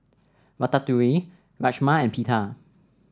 Ratatouille Rajma and Pita